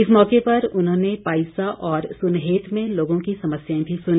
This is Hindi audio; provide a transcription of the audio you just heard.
इस मौके पर उन्होंने पाईसा और सुनहेत में लोगों की समस्याएं भी सुनी